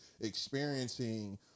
experiencing